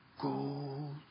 gold